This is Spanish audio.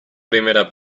primera